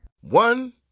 One